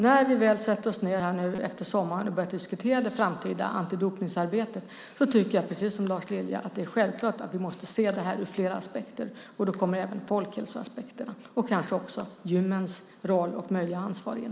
När vi väl sätter oss ned här efter sommaren och börjar diskutera det framtida antidopningsarbetet tycker jag precis som Lars Lilja att det är självklart att vi måste se det här ur flera aspekter, och då kommer även folkhälsoaspekterna och kanske också gymmens roll och möjliga ansvar in.